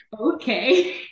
okay